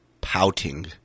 Pouting